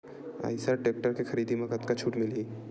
Eicher tractor के खरीदी म कतका छूट मिलही?